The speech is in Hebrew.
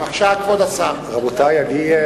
כבוד השר, בבקשה.